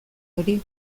hori